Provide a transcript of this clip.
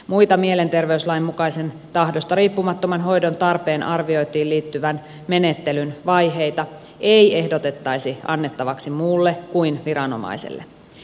muita mielenterveyslain mukaisen tahdosta riippumattoman hoidon tarpeen arvioitiin liittyvän menettelyn vaiheita ei ehdotettaisi annettavaksi muulle kuin viranomaiselle